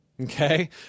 okay